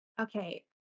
okay